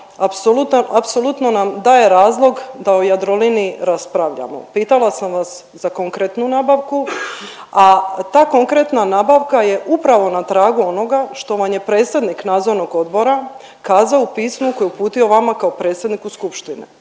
apsolutno nam daje razlog da o Jadroliniji raspravljamo. Pitala sam sam vas za konkretnu nabavku, a ta konkretna nabavka je upravo na tragu onoga što vam je predsjednik Nadzornog odbora kazao u pismu koji je uputio vama kao predsjedniku skupštine,